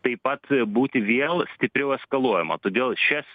taip pat būti vėl stipriau eskaluojama todėl šias